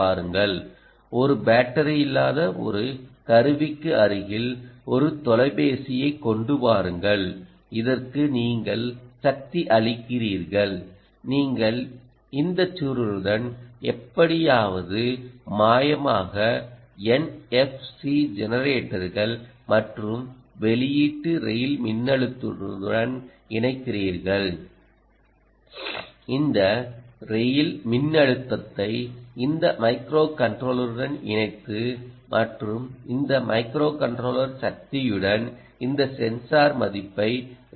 பாருங்கள் ஒரு பேட்டரி இல்லாத ஒரு கருவிக்கு அருகில் ஒரு தொலைபேசியைக் கொண்டு வாருங்கள் இதற்கு நீங்கள் சக்தியளிக்கிறீர்கள் நீங்கள் இதை இந்த சுருளுடன் எப்படியாவது மாயமாக என்எப்சி ஜெனரேட்டர்கள் மற்றும் வெளியீட்டு ரெய்ல் மின்னழுத்தத்துடன் இணைக்கிறீர்கள் இந்த ரெயில் மின்னழுத்தத்தை இந்த மைக்ரோகண்ட்ரோலருடன் இணைத்து மற்றும் இந்த மைக்ரோகண்ட்ரோலர் சக்தியுடன் இந்த சென்சார் மதிப்பைப் ரீட் செய்யவும்